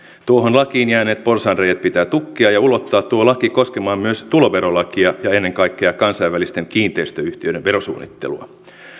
tuohon lakiin jääneet porsaanreiät pitää tukkia ja ulottaa tuo laki koskemaan myös tuloverolakia ja ennen kaikkea kansainvälisten kiinteistöyhtiöiden verosuunnittelua